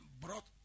brought